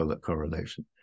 correlation